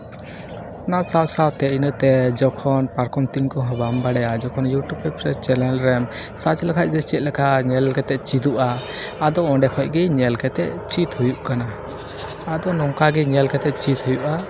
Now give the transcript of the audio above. ᱚᱱᱟ ᱥᱟᱶ ᱥᱟᱶᱛᱮ ᱤᱱᱟᱹᱛᱮ ᱡᱚᱠᱷᱚᱱ ᱯᱟᱨᱠᱚᱢ ᱛᱮᱧ ᱠᱚᱸᱦᱚᱸ ᱵᱟᱢ ᱵᱟᱲᱟᱭᱟ ᱡᱚᱠᱷᱚᱱ ᱤᱭᱩᱴᱩᱵ ᱪᱮᱱᱮᱞ ᱨᱮᱢ ᱥᱟᱨᱪ ᱞᱮᱠᱷᱟᱡ ᱜᱮ ᱪᱮᱫᱞᱮᱠᱟ ᱧᱮᱞ ᱠᱟᱛᱮ ᱪᱮᱫᱚᱜᱼᱟ ᱟᱫᱚ ᱚᱸᱰᱮ ᱠᱷᱚᱡ ᱜᱮ ᱧᱮᱞ ᱠᱟᱛᱮ ᱪᱮᱫ ᱦᱩᱭᱩᱜ ᱠᱟᱱᱟ ᱟᱫᱚ ᱱᱚᱝᱠᱟ ᱜᱮ ᱧᱮᱞ ᱠᱟᱛᱮ ᱪᱮᱫ ᱦᱩᱭᱩᱜᱼᱟ